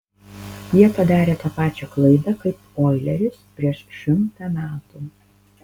jie padarė tą pačią klaidą kaip oileris prieš šimtą metų